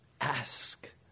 ask